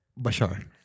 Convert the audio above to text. Bashar